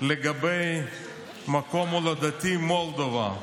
לגבי מקום הולדתי, מולדובה,